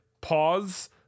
pause